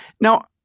Now